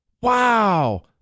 Wow